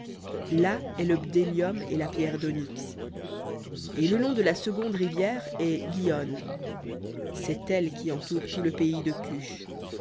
là est le bdellium et la pierre donyx et le nom de la seconde rivière est guihon c'est elle qui entoure tout le pays de cush